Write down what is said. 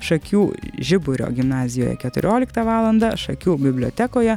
šakių žiburio gimnazijoje keturioliktą valandą šakių bibliotekoje